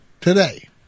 Today